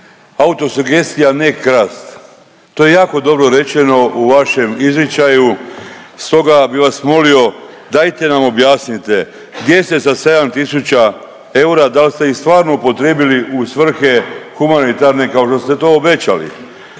autosugestija ne krasti, to je jako dobro rečeno u vašem izričaju. Stoga bi vas molio, dajte nam objasnite gdje ste sa 7 tisuća eura, dal ste ih stvarno upotrijebili u svrhe humanitarne, kao što ste to obećali?